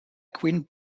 queen